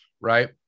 right